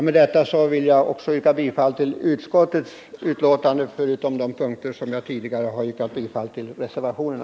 Med detta vill jag också yrka bifall till utskottets hemställan utom på de punkter där jag tidigare yrkat bifall till reservationerna.